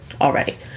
already